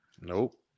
Nope